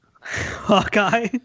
Hawkeye